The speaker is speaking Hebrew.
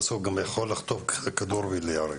בסוף הוא גם יכול לחטוף כדור ולהיהרג.